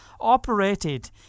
operated